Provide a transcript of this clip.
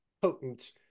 potent